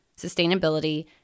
sustainability